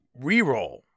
Reroll